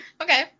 Okay